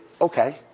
okay